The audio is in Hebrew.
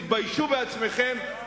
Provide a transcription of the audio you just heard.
תתביישו בעצמכם,